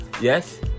yes